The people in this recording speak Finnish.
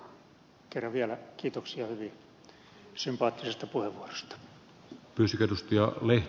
mutta kerran vielä kiitoksia hyvin sympaattisesta puheenvuorosta